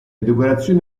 decorazioni